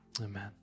Amen